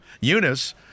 Eunice